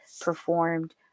performed